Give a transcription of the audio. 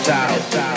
out